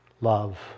love